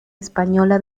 española